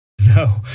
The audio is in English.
No